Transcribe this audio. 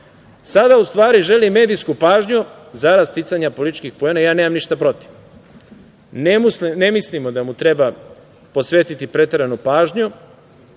Sada, u stvari, želi medijsku pažnju zarad sticanja političkih poena. Ja nemam ništa protiv. Ne mislimo da mu treba posvetiti preteranu pažnju,